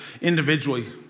individually